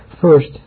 first